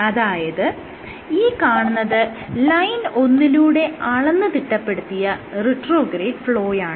അതായത് ഈ കാണുന്നത് ലൈൻ ഒന്നിലൂടെ അളന്ന് തിട്ടപ്പെടുത്തിയ റിട്രോഗ്രേഡ് ഫ്ലോയാണ്